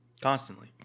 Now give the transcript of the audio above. Constantly